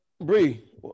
Bree